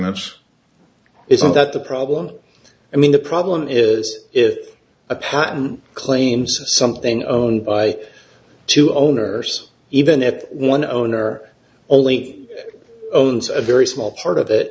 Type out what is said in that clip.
isn't that the problem i mean the problem is if a patent claims something owned by two owners even if one owner only owns a very small part of it